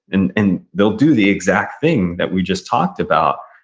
and and they'll do the exact thing that we just talked about,